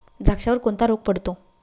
द्राक्षावर कोणता रोग पडतो?